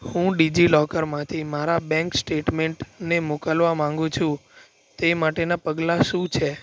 હું ડિજિલોકરમાંથી મારા બેંક સ્ટેટમેન્ટને મોકલવા માગું છું તે માટેનાં પગલાં શું છે